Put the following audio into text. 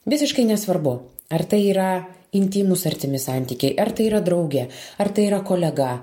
visiškai nesvarbu ar tai yra intymūs artimi santykiai ar tai yra draugė ar tai yra kolega